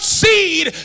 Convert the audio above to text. seed